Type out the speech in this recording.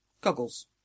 Goggles